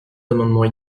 amendements